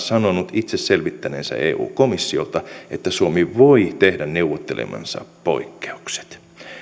itse selvittäneensä eu komissiolta että suomi voi tehdä neuvottelemansa poikkeukset